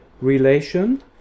relation